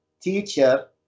teacher